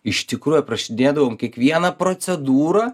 iš tikrųjų aprašinėdavom kiekvieną procedūrą